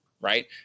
Right